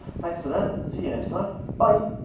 thanks to them, see you next time, bye.